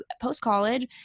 post-college